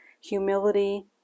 humility